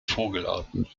vogelarten